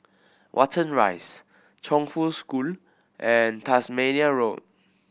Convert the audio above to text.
Watten Rise Chongfu School and Tasmania Road